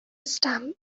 stamp